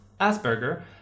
Asperger